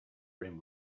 rim